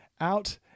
out